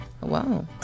Wow